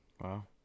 Wow